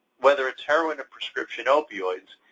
whether it's heroin or prescription opioids,